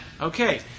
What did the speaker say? Okay